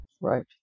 Right